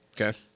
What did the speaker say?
Okay